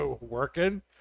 working